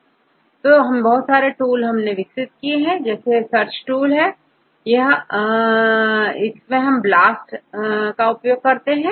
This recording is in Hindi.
तो उन्होंने बहुत सारे टूल विकसित किए इसे आप टेक्स्ट से सर्च कर सकते हैं आपBLAST का भी उपयोग कर सकते हैं